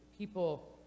People